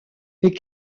les